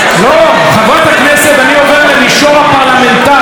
לא, חברת הכנסת, אני עובר למישור הפרלמנטרי.